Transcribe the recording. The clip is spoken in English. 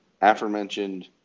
Aforementioned